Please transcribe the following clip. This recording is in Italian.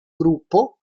gruppo